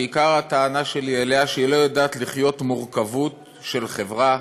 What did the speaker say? שעיקר הטענה שלי אליה היא שהיא לא יודעת לחיות מורכבות של חברה,